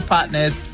Partners